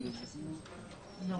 לא.